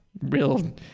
real